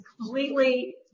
completely